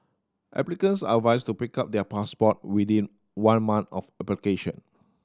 applicants are advised to pick up their passport within one month of application